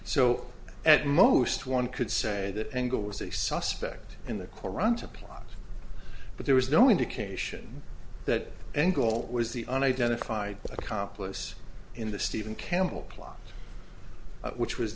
so at most one could say that angle was a suspect in the koran to plot but there was no indication that angle was the unidentified accomplice in the steven campbell plot which was